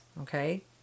okay